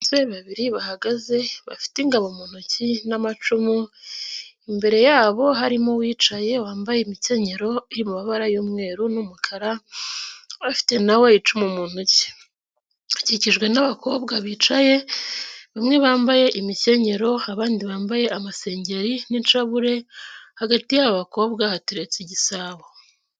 abasore babiri bahagaze bafite ingabo mu ntoki n'amacumu, imbere yabo harimo uwicaye wambaye imikenyero iri mu mabara y'umweru n'umukara, afite na we icumu mu ntoki. Akikijwe n'abakobwa bicaye, bamwe bambaye imikenyero, abandi bambaye amasengeri n'inshabure, hagati y'aba bakobwa hateretse igisabo.